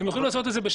הם יכולים לעשות את זה.